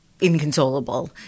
inconsolable